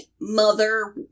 mother